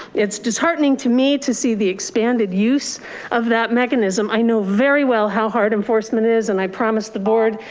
it's disheartening to me to see the expanded use of that mechanism, i know very well how hard enforcement is. and i promised the board,